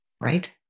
right